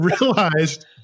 realized